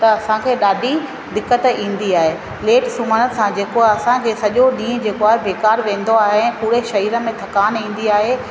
त असांखे ॾाढी दिक़त ईंदी आहे लेट सुम्हण सां जेको असांखे सॼो ॾींहुं जेको आहे बेकारु वेंदो आहे पूरे शरीर में थकानु ईंदी आहे